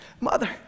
mother